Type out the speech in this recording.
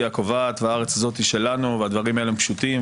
הקובעת והארץ הזאת היא שלנו והדברים האלה הם פשוטים.